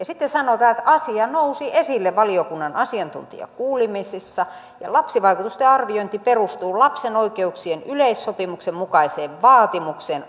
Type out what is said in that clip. sitten sanotaan että asia nousi esille valiokunnan asiantuntijakuulemisissa ja että lapsivaikutusten arviointi perustuu lapsen oikeuksien yleissopimuksen mukaiseen vaatimukseen